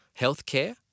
healthcare